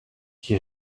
qui